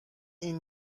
این